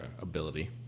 ability